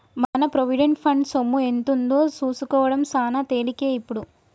మన provident fund సొమ్ము ఎంతుందో సూసుకోడం సాన తేలికే ఇప్పుడు